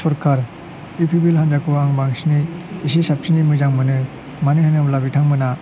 सरकार इउपिपिएल हान्जाखौ आं बांसिनै एसे साबसिनै मोजां मोनो मानो होनोब्ला बिथांमोना